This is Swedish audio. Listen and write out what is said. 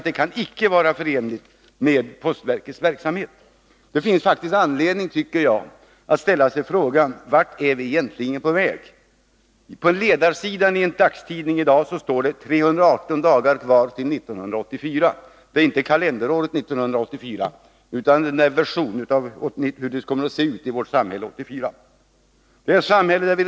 Det kan icke vara förenligt med postverkets verksamhet. Det finns faktiskt anledning att ställa sig frågan: Vart är vi egentligen på väg? På ledarsidan i en dagstidning står det i dag: 318 dagar kvar till 1984. Det är inte kalenderåret 1984 som avses, utan en vision av hur det kommer att se ut i vårt samhälle 1984.